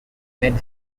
made